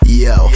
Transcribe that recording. yo